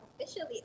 officially